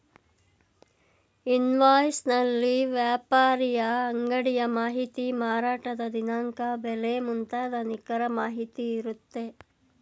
invoice ನಲ್ಲಿ ವ್ಯಾಪಾರಿಯ ಅಂಗಡಿಯ ಮಾಹಿತಿ, ಮಾರಾಟದ ದಿನಾಂಕ, ಬೆಲೆ ಮುಂತಾದ ನಿಖರ ಮಾಹಿತಿ ಇರುತ್ತೆ